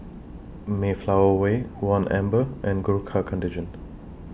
Mayflower Way one Amber and Gurkha Contingent